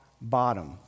bottom